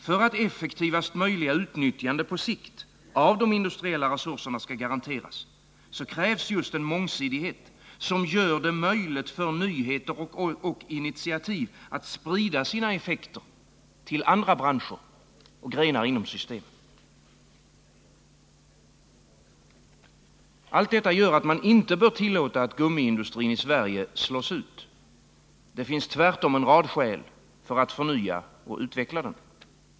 För att effektivaste möjliga utnyttjande på sikt av de industriella resurserna skall garanteras krävs just en mångsidighet, som gör det möjligt för nyheter och initiativ att sprida sina effekter till andra branscher och grenar inom systemet. Allt detta gör att man inte bör tillåta att gummiindustrin i Sverige slås ut. Det finns tvärtom en rad skäl för att förnya och utveckla den.